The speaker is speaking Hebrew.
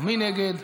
מי נגד?